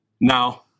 Now